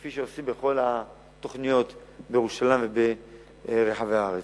כפי שעושים בכל התוכניות בירושלים וברחבי הארץ.